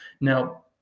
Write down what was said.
now